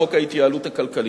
בחוק ההתייעלות הכלכלית.